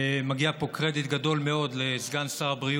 מגיע פה קרדיט גדול מאוד לסגן שר הבריאות,